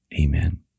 Amen